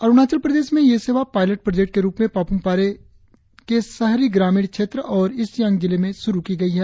अरुणाचल प्रदेश में ये सेवा पायलट प्रोजेक्ट के रुप में पापुम पारे के शहरी ग्रामीण क्षेत्र और ईस्ट सियांग जिले में शुरु की गई है